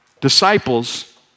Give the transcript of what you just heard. disciples